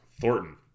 Thornton